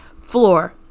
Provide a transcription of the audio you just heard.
floor